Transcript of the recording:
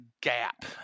gap